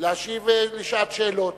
להשיב בשעת שאלות,